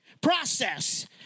process